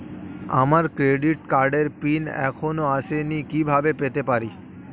আমার ক্রেডিট কার্ডের পিন এখনো আসেনি কিভাবে পেতে পারি?